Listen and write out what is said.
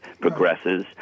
progresses